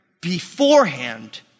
beforehand